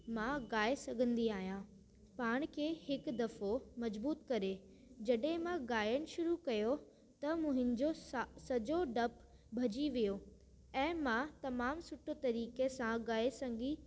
मां ॻाए सघंदी आहियां पाण खे हिक दफ़ो मज़बूत करे जॾहिं मां गाइणु शुरू कयो त मुंहिंजो स सॼो डपु भॼी वियो ऐं मां तमामु सुठो तरीक़े सां ॻाए सघी